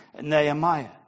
Nehemiah